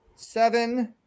seven